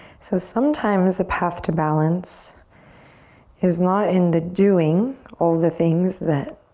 so sometimes a path to balance is not in the doing all the things that